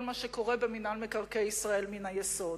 מה שקורה במינהל מקרקעי ישראל מן היסוד,